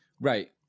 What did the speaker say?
right